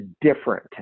different